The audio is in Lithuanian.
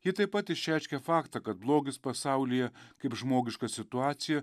ji taip pat išreiškia faktą kad blogis pasaulyje kaip žmogiška situacija